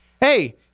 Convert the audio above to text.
Hey